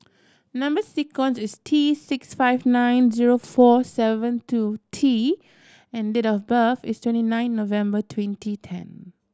number sequence is T six five nine zero four seven two T and date of birth is twenty nine November twenty ten